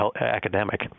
academic